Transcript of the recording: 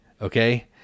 okay